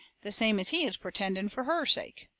the same as he is pertending fur her sake.